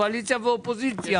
קואליציה ואופוזיציה,